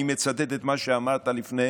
אני מצטט את מה שאמרת לפני